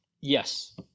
Yes